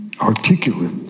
articulate